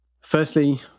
Firstly